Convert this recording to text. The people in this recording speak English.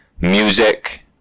music